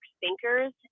thinkers